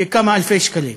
לכמה אלפי שקלים.